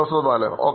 പ്രൊഫസർബാലOk